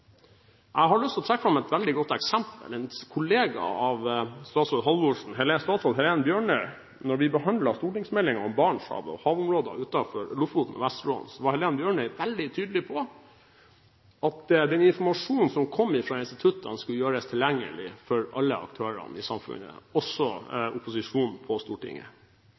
Jeg har lyst til å trekke fram et veldig godt eksempel, nemlig en kollega av statsråd Halvorsen, tidligere statsråd Helen Bjørnøy. Da vi behandlet stortingsmeldingen om Barentshavet og havområdene utenfor Lofoten og Vesterålen, var Helen Bjørnøy veldig tydelig på at den informasjonen som kom fra instituttene, skulle gjøres tilgjengelig for alle aktørene i samfunnet – også opposisjonen på Stortinget.